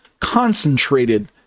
concentrated